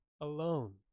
alone